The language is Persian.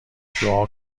دعا